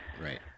right